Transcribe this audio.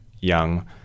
young